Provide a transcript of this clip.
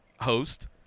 host